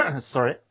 Sorry